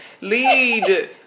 Lead